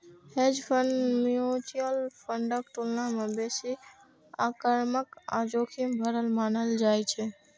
hedge fund mutual फंडक तुलना मे बेसी आक्रामक आ जोखिम भरल मानल जाइ छै